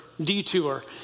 detour